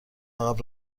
عقب